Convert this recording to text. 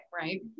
right